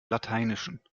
lateinischen